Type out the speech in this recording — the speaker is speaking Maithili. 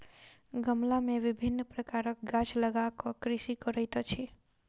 गमला मे विभिन्न प्रकारक गाछ लगा क कृषि करैत अछि